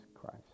Christ